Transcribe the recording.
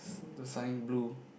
the sign blue